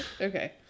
okay